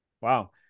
Wow